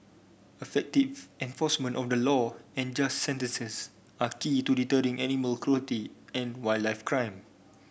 affective enforcement of the law and just sentences are key to deterring animal cruelty and wildlife crime